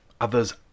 others